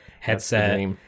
headset